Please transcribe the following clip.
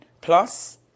plus